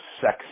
sex